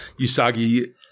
Usagi